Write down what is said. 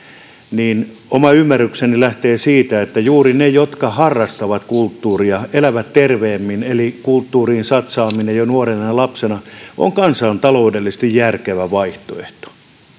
oma ymmärrykseni lähtee siitä että juuri ne jotka harrastavat kulttuuria elävät terveemmin eli kulttuuriin satsaaminen jo nuorena ja lapsena on kansantaloudellisesti järkevä vaihtoehto